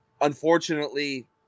Unfortunately